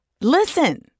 Listen